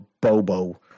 Bobo